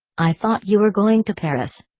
i thought you were going to paris.